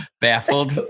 baffled